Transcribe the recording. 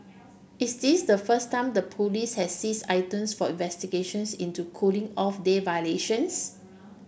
is this the first time the police has seized items for investigations into cooling off day violations